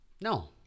No